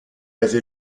avait